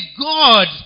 God